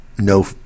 no